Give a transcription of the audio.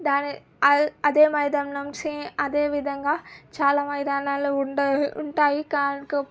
దాని అదే మైదానం సేమ్ అదే విధంగా చాలా మైదానాలు ఉండ ఉంటాయి కాక